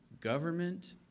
government